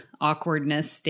awkwardness